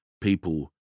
people